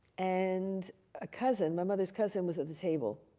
and a cousin, my mother's cousin was at the table.